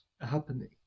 happening